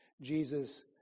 Jesus